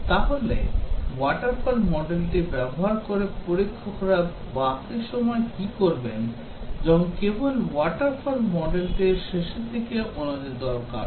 তাহলে waterfall মডেলটি ব্যবহার করে পরীক্ষকরা বাকি সময় কী করবেন যখন কেবল waterfall মডেলটির শেষের দিকে ওনাদের দরকার